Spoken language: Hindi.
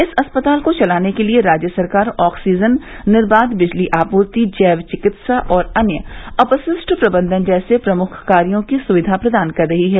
इस अस्पताल को चलाने के लिये राज्य सरकार ऑक्सीजन निर्बाघ बिजली आपूर्ति जैव चिकित्सा और अन्य अपशिष्ट प्रबंधन जैसे प्रमुख कायों की सुविधा प्रदान कर रही है